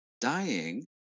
dying